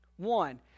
One